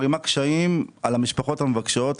מערימה קשיים על המשפחות המבקשות,